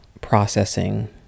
processing